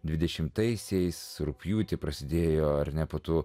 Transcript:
dvidešimtaisiais rugpjūtį prasidėjo ar nebūtų